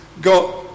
got